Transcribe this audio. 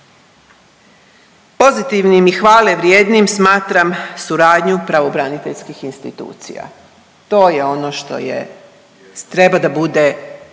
Pozitivnim i hvale vrijednim smatram suradnju pravobraniteljskih institucija, to je ono što je, treba da bude